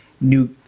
new